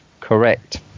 correct